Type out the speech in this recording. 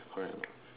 correct